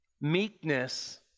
meekness